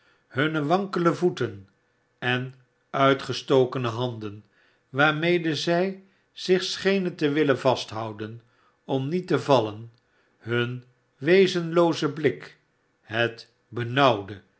hunne wankelende voeten en uitgestokene handen waarmede zij zich schenen te willen vasthouden om niet te vallen hun wezenlooze blik het